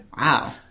Wow